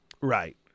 Right